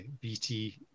BT